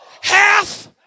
Half